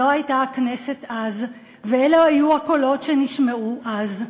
זאת הייתה הכנסת אז, ואלה היו הקולות שנשמעו אז.